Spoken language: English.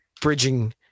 bridging